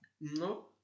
No